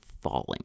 falling